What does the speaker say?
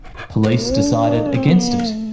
police decided against it,